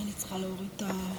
אדוני היושב-ראש,